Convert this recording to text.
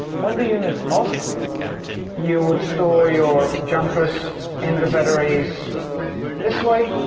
when the unit's off you would store your jumpers in the batteries this way